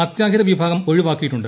അത്യാഹിത വിഭാഗം ഒഴിവാക്കിയിട്ടുണ്ട്